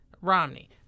romney